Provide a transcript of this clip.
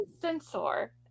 sensor